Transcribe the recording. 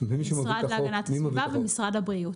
משרד להגנת הסביבה ומשרד הבריאות.